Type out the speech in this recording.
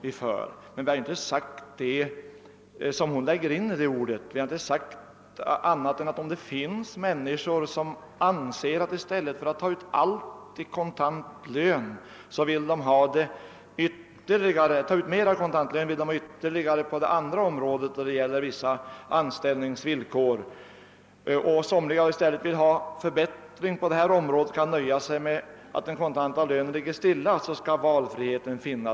Vi har emellertid inte sagt det som fru Sigurdsen lägger in i det ordet. Vi har inte sagt annat än att om det finns människor, som anser att de i stället för att ta ut mera kontantlön hellre vill ha förbättringar på andra områden, skall de få detta. Många av dem som vill ha en förbättring på andra områden nöjer sig med att den kontanta lönen ligger stilla. Om så är fallet skall valfriheten finnas.